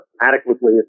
adequately